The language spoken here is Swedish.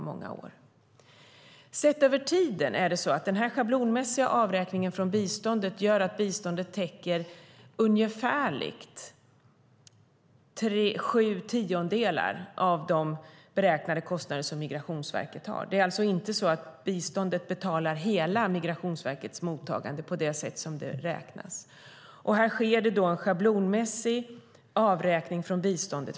Om man ser över tiden gör den schablonmässiga avräkningen från biståndet att biståndet ungefärligt täcker sju tiondelar av de beräknade kostnader Migrationsverket har. Med detta sätt att räkna betalar biståndet alltså inte hela Migrationsverkets mottagande. För att täcka de övriga kostnaderna sker en schablonmässig avräkning från biståndet.